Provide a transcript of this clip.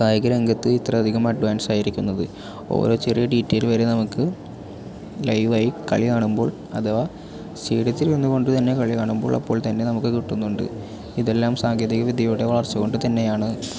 കായിക രംഗത്ത് ഇത്രയും അഡ്വാൻസ് ആയിരിക്കുന്നത് ഓരോ ചെറിയ ഡീറ്റൈൽ വരെ നമുക്ക് ലൈവായി കാളികാണുമ്പോൾ അഥവാ സ്റ്റേഡിയത്തിലിരുന്ന് കൊണ്ടുതന്നെ കളി കാണുമ്പോൾ അപ്പോൾത്തന്നെ നമുക്ക് കിട്ടുന്നുണ്ട് ഇതെല്ലാം സാങ്കേതികവിദ്യയുടെ വളർച്ച കൊണ്ട് തന്നെയാണ്